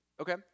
Okay